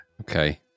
Okay